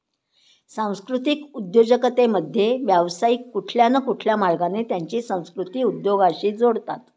सांस्कृतिक उद्योजकतेमध्ये, व्यावसायिक कुठल्या न कुठल्या मार्गाने त्यांची संस्कृती उद्योगाशी जोडतात